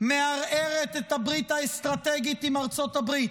מערערת את הברית האסטרטגית עם ארצות הברית,